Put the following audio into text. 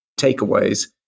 takeaways